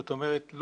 זאת אומרת,